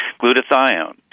glutathione